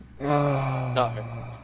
No